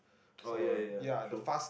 oh ya ya ya true